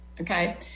okay